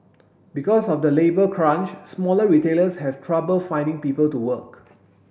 because of the labour crunch smaller retailers have trouble finding people to work